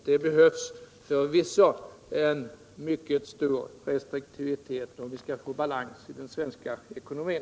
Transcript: Det behövs förvisso mycket stor restriktivitet om vi skall få balans i den svenska ekonomin.